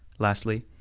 lastly,